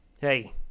hey